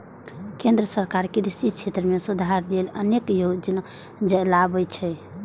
केंद्र सरकार कृषि क्षेत्र मे सुधार लेल अनेक योजना चलाबै छै